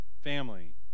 family